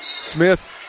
Smith